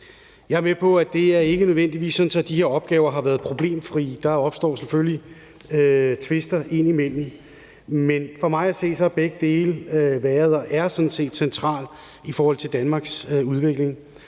Jeg er med på, at det ikke nødvendigvis er sådan, at de her opgaver har været problemfrie. Der opstår selvfølgelig tvister ind imellem. Men for mig at se har begge dele været og er sådan set centrale i forhold til Danmarks udvikling.